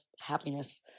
happiness